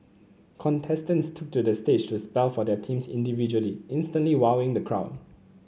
contestants took to the stage to spell for their teams individually instantly wowing the crowd